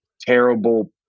terrible